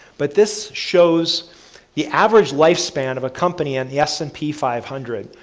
but this shows the average lifespan of a company in the s and p five hundred.